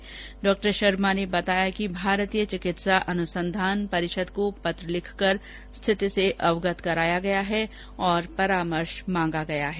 श्री शर्मा ने बताया कि भारतीय चिकित्सा अनुसंधान परिषद को पत्र लिखकर स्थिति से अवगत कराया गया है और परामर्ष मांगा गया है